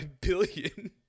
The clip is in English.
billion